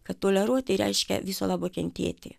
kad toleruoti reiškia viso labo kentėti